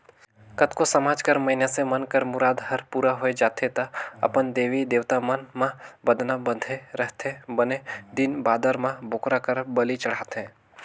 कतको समाज कर मइनसे मन कर मुराद हर पूरा होय जाथे त अपन देवी देवता मन म बदना बदे रहिथे बने दिन बादर म बोकरा कर बली चढ़ाथे